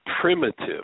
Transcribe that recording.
primitive